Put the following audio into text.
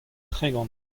tregont